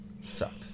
Sucked